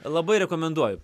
labai rekomenduoju